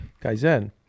Kaizen